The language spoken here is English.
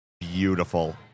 beautiful